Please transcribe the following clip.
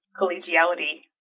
collegiality